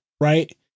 right